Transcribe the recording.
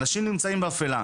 אנשים נמצאים באפלה.